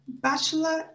bachelor